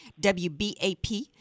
WBAP